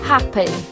Happy